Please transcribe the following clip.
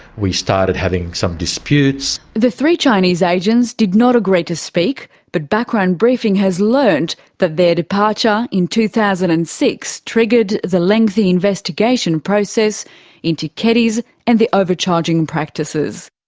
we started having some disputes. the three chinese agents did not agree to speak, but background briefing has learnt that their departure in two thousand and six triggered the lengthy investigation process into keddies and the overcharging practices.